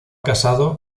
casado